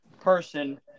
person